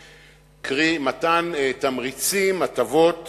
קרי, מתן תמריצים והטבות